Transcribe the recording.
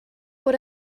what